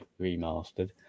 remastered